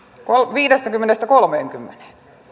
viidestäkymmenestä kolmeenkymmeneen